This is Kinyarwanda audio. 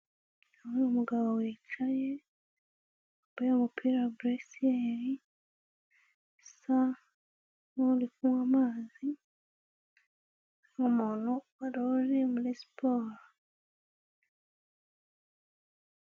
Uyu ni umugabo wicaye wambaye umupira wa buresiyeri usa nk'uri kunywa amazi, nk'umuntu wari uri muri siporo.